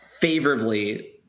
favorably